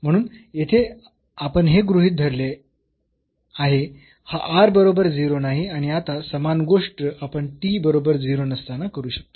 म्हणून येथे आपण हे गृहीत धरले आहे हा r बरोबर 0 नाही आणि आता समान गोष्ट आपण t बरोबर 0 नसताना करू शकतो